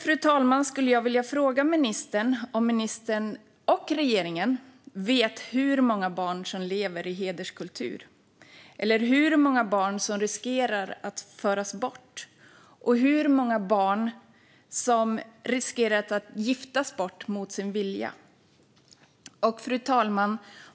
Därför skulle jag vilja fråga ministern om ministern och regeringen vet hur många barn som lever i hederskultur, hur många barn som riskerar att föras bort och hur många barn som riskerar att giftas bort mot sin vilja.